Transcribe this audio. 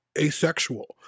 asexual